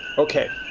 okay,